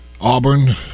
Auburn